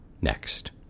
next